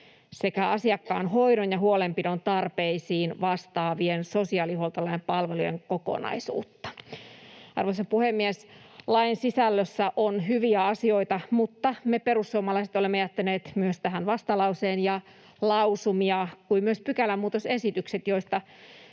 sekä asiakkaan hoidon ja huolenpidon tarpeisiin vastaavien sosiaalihuoltolain palvelujen kokonaisuutta. Arvoisa puhemies! Lain sisällössä on hyviä asioita, mutta myös me perussuomalaiset olemme jättäneet tähän vastalauseen ja lausumia, niin kuin myös pykälämuutosesitykset, joista